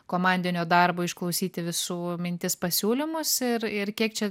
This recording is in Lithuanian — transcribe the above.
komandinio darbo išklausyti visų mintis pasiūlymus ir ir kiek čia